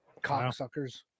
cocksuckers